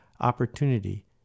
opportunity